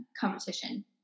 competition